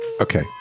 Okay